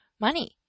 money